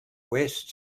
west